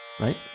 right